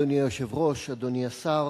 אדוני היושב-ראש, אדוני השר,